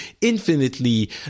infinitely